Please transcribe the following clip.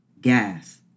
gas